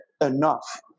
enough